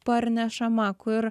parnešama kur